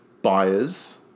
Buyers